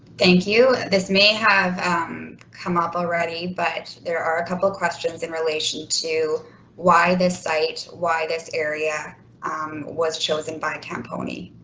thank you, this may have come up already, but there are a couple of questions in relation to why this site why this area um was chosen by tempone.